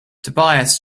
tobias